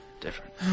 different